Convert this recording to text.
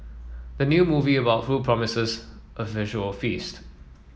the new movie about food promises a visual feast